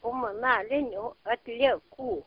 komunalinių atliekų